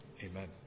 Amen